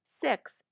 six